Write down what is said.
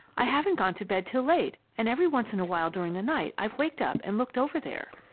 i haven't gone to bed till late, and every once in a while during the night, i've waked up and looked over there.